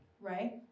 right